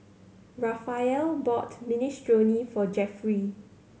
Raphael bought Minestrone for Jeffrey